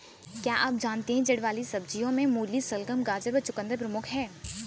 क्या आप जानते है जड़ वाली सब्जियों में मूली, शलगम, गाजर व चकुंदर प्रमुख है?